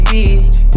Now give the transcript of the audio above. Beach